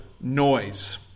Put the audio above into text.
noise